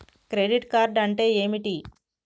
Credit card అంటే ఏమిటి?